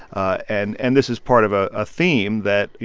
ah and and this is part of a ah theme that, you